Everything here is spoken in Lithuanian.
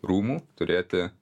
rūmų turėti